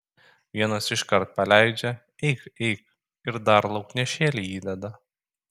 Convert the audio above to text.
vienos iškart paleidžia eik eik ir dar lauknešėlį įdeda